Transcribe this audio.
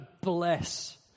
bless